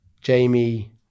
Jamie